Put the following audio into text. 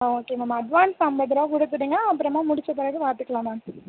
ஆ okay ma'am advance ஐம்பது ரூபா கொடுங்க அப்பறமாக முடிச்ச பிறகு பார்த்துக்குலாம் மேம்